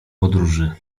podróży